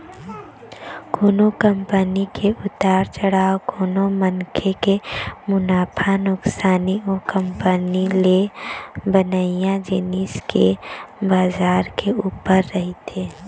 कोनो कंपनी के उतार चढ़ाव कोनो मनखे के मुनाफा नुकसानी ओ कंपनी ले बनइया जिनिस के बजार के ऊपर रहिथे